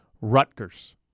Rutgers